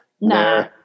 no